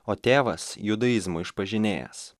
o tėvas judaizmo išpažinėjas